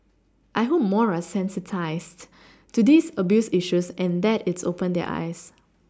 I hope more are sensitised to these abuse issues and that it's opened their eyes